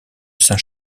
saint